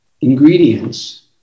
ingredients